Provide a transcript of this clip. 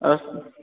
अस्तु